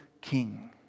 king